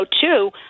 two